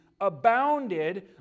abounded